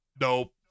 Nope